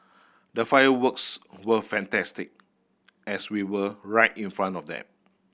the fireworks were fantastic as we were right in front of them